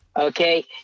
Okay